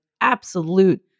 absolute